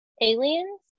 aliens